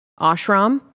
ashram